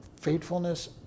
faithfulness